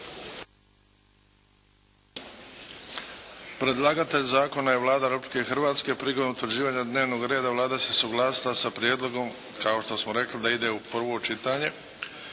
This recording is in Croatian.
Predlagatelj zakona je Vlada Republike Hrvatske. Prilikom utvrđivanja dnevnog reda Vlada se suglasila sa prijedlogom kao što smo rekli da ide u prvo čitanje.